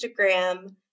Instagram